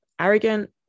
arrogant